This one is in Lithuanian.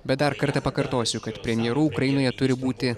bet dar kartą pakartosiu kad premjeru ukrainoje turi būti